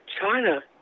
China